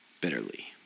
bitterly